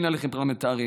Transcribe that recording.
אין הליכים פרלמנטריים,